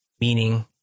meaning